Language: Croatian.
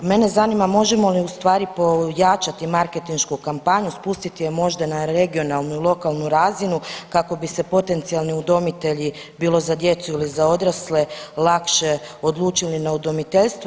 Mene zanima možemo li ustvari pojačati marketinšku kampanju, spustiti je možda na regionalnu i lokalnu razinu kako bi se potencijalni udomitelji bilo za djecu ili za odrasle lakše odlučili na udomiteljstvo?